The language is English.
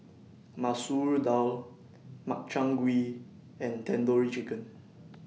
Masoor Dal Makchang Gui and Tandoori Chicken